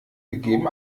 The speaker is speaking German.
gegeben